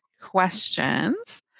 questions